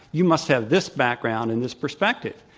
you must have this background and this perspective.